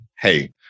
hey